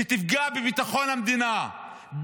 שתפגע בביטחון המדינה.